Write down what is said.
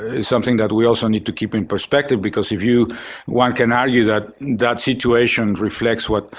is something that we also need to keep in perspective because if you one can argue that that situation reflects what